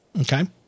Okay